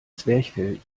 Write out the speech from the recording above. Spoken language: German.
zwerchfell